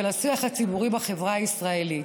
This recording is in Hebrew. ולשיח הציבורי בחברה הישראלית,